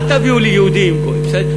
אל תביאו לי יהודים גויים.